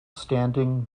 standing